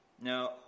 Now